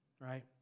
right